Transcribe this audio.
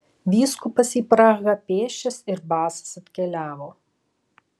vyskupas į prahą pėsčias ir basas atkeliavo